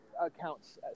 accounts